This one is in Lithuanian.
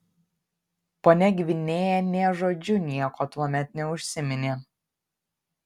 ponia gvinėja nė žodžiu nieko tuomet neužsiminė